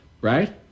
right